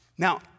Now